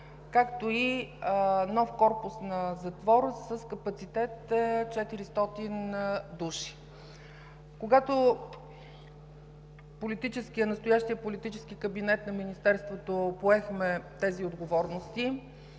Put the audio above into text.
както и нов корпус на затвор с капацитет 400 души. Когато настоящият политически кабинет на Министерството пое тези отговорности,